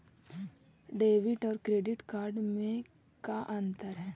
Debit और credit card में का अंतर है?